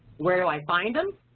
where do i find them?